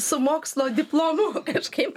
su mokslo diplomu kažkaip